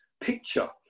picture